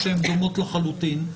שהן דומות לחלוטין,